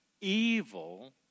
evil